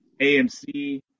AMC